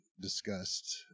discussed